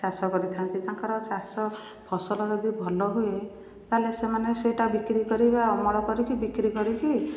ଚାଷ କରିଥାନ୍ତି ତାଙ୍କର ଚାଷ ଫସଲ ଯଦି ଭଲ ହୁଏ ତାହେଲେ ସେମାନେ ସେଇଟା ବିକ୍ରି କରି ବା ଅମଳ କରିକି ବିକ୍ରି କରିକି